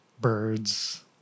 birds